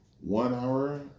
one-hour